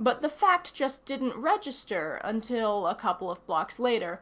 but the fact just didn't register until, a couple of blocks later,